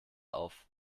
auf